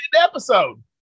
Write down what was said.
episode